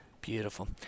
Beautiful